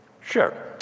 Sure